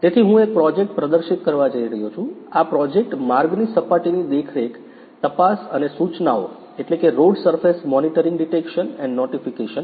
તેથી હું એક પ્રોજેક્ટ પ્રદર્શિત કરવા જઇ રહ્યો છું આ પ્રોજેક્ટ માર્ગની સપાટીની દેખરેખ તપાસ અને સૂચનાઓ road surface monitoring detection and notification છે